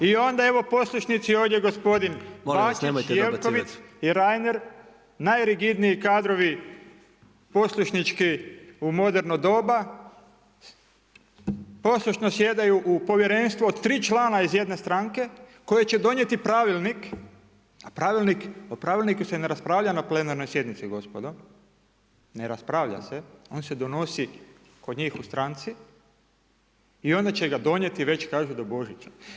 I onda evo poslušnici ovdje gospodin Bačić, Jelkovic i Reiner, najrigidniji kadrovi poslušnički u moderno doba, poslušno sjedaju u povjerenstvo od 3 člana iz jedne stranke, koji će donijeti pravilnik, a o pravilniku se ne raspravlja na plenarnoj sjednici, gospodo ne raspravlja se, on se donosi kod njih u stranci i onda će ga donijeti već kažu do Božića.